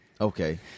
Okay